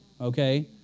okay